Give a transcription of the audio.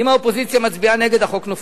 אם האופוזיציה מצביעה נגד, החוק נופל,